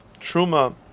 Truma